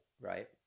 Right